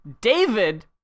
David